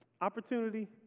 Opportunity